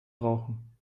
brauchen